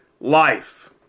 life